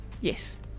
Yes